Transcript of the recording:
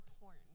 porn